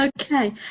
Okay